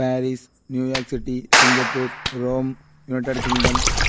Paris New York city Singapore Rome United Kingdom